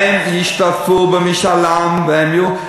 הם ישתתפו במשאל עם והם יהיו,